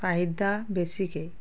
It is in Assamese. চাহিদা বেছিকেই